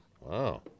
Wow